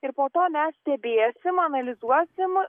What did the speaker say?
ir po to mes stebėsim analizuosim